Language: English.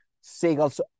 seagulls